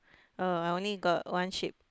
oh I only got one shape